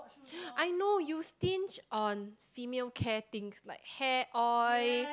I know you stinge on female care things like hair oil